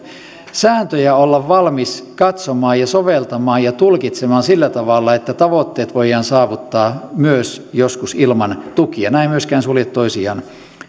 sääntöjä olla valmis katsomaan ja soveltamaan ja tulkitsemaan sillä tavalla että tavoitteet voidaan saavuttaa joskus myös ilman tukia nämä eivät myöskään sulje toisiaan